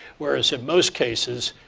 whereas in most cases,